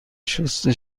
شسته